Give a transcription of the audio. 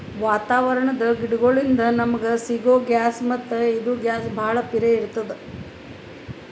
ವಾತಾವರಣದ್ ಗಿಡಗೋಳಿನ್ದ ನಮಗ ಸಿಗೊ ಗ್ಯಾಸ್ ಮತ್ತ್ ಇದು ಗ್ಯಾಸ್ ಭಾಳ್ ಪಿರೇ ಇರ್ತ್ತದ